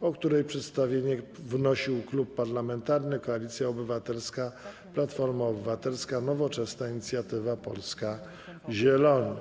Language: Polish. o której przedstawienie wnosił Klub Parlamentarny Koalicja Obywatelska - Platforma Obywatelska, Nowoczesna, Inicjatywa Polska, Zieloni.